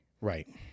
Right